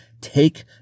Take